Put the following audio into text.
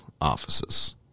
offices